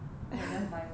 then I just buy one